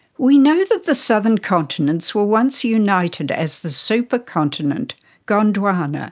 we know that the southern continents were once united as the supercontinent gondwana.